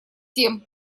тем